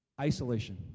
isolation